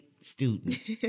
students